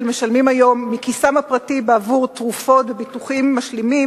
משלמים היום מכיסם הפרטי בעבור תרופות וביטוחים משלימים